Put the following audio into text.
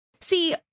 See